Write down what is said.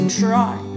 try